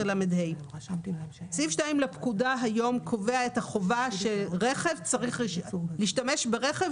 לה." סעיף 2 לפקודה קובע היום את החובה שכדי להשתמש ברכב,